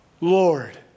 Lord